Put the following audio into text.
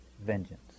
vengeance